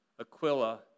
Aquila